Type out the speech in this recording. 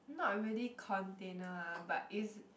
not really container eh but it's